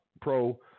pro